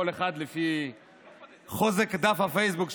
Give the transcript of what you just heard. כל אחד לפי חוזק דף הפייסבוק שלו,